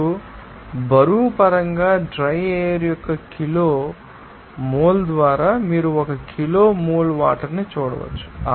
ఇప్పుడు బరువు పరంగా డ్రై ఎయిర్ యొక్క కిలో మోల్ ద్వారా మీరు ఒక కిలో మోల్ వాటర్ ని చూడవచ్చు